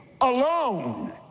alone